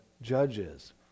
judges